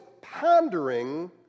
pondering